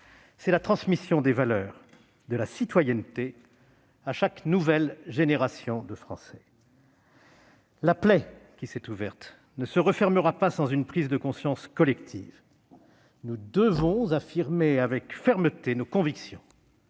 c'est la transmission des valeurs de la citoyenneté à chaque nouvelle génération de Français. La plaie qui s'est ouverte ne se refermera pas sans une prise de conscience collective. Nous devons affirmer avec fermeté nos convictions,